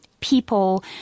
people